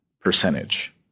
percentage